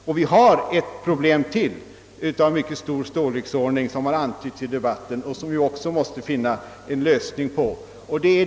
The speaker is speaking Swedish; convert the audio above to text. Ytterligare ett mycket stort problem har antytts i debatten; ett problem som vi också måste finna en lösning på.